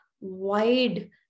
wide